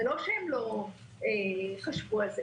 זה לא שהם לא חשבו על זה,